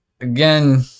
again